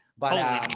but